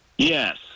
Yes